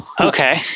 Okay